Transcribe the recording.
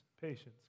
patience